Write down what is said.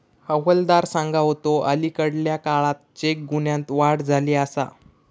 हवालदार सांगा होतो, अलीकडल्या काळात चेक गुन्ह्यांत वाढ झाली आसा